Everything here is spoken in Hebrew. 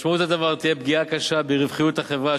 משמעות הדבר תהיה פגיעה קשה ברווחיות החברה,